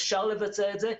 אפשר לבצע את זה.